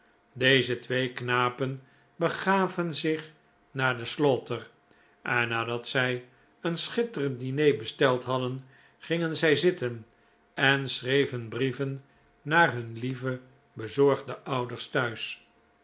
deze twee knapen begaven zich naar de slaughter en nadat zij een schitterend diner besteld hadden gingen zij zitten en schreven brieven naar hun lieve bezorgde ouders thuis